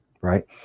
right